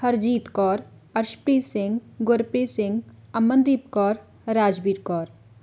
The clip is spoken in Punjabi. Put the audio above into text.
ਹਰਜੀਤ ਕੌਰ ਅਰਸ਼ਪ੍ਰੀਤ ਸਿੰਘ ਗੁਰਪ੍ਰੀਤ ਸਿੰਘ ਅਮਨਦੀਪ ਕੌਰ ਰਾਜਬੀਰ ਕੌਰ